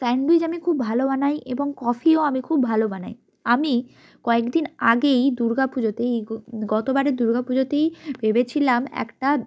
sandwich আমি খুব ভালো বানাই এবং কফিও আমি খুব ভালো বানাই আমি কয়েকদিন আগেই দুর্গা পুজোতে এই গতবারের দুর্গা পুজোতেই ভেবেছিলাম একটা